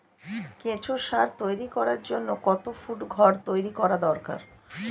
কেঁচো সার তৈরি করার জন্য কত ফুট ঘর তৈরি করা দরকার?